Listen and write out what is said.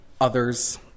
others